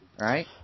Right